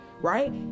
right